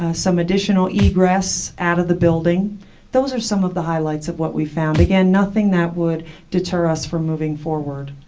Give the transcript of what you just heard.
ah some additional egress out of the building those are some of the highlights of what we've found. again, nothing that would deter us from moving forward.